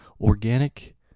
Organic